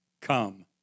come